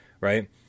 right